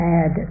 add